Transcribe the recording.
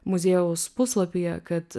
muziejaus puslapyje kad